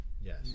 Yes